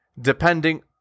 depending